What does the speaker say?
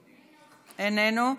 איננו.